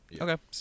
Okay